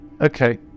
Okay